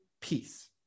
peace